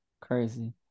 Crazy